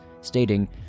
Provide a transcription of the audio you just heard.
stating